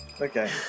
Okay